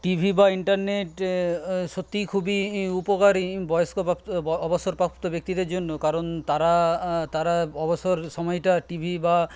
TV বা internet সত্যি খুবই উপকারি বয়স্কপ্রাপ্ত অবসরপ্রাপ্ত ব্যক্তিদের জন্য কারণ তারা তারা অবসর সময়টা টিভি বা